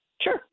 Sure